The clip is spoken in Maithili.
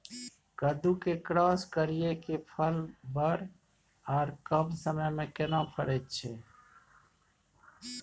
कद्दू के क्रॉस करिये के फल बर आर कम समय में केना फरय छै?